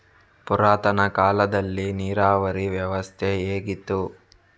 ಪುರಾತನ ಕಾಲದಲ್ಲಿ ನೀರಾವರಿ ವ್ಯವಸ್ಥೆ ಹೇಗಿತ್ತು?